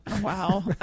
Wow